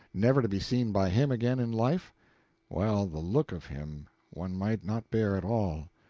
never to be seen by him again in life well, the look of him one might not bear at all,